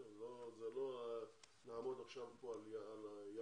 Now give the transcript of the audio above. לא נעמוד עכשיו כאן על הימים.